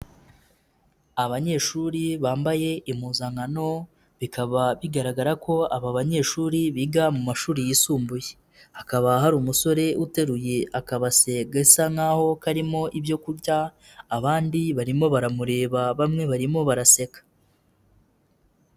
Abanyeshuri bambaye impuzankano bikaba bigaragara ko aba banyeshuri biga mu mashuri yisumbuye, hakaba hari umusore uteruye akabasegasa n'aho karimo ibyo kurya abandi barimo baramureba bamwe barimo baraseka.